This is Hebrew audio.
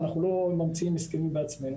אנחנו לא ממציאים הסכמים בעצמנו.